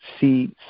see